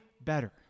better